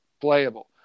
playable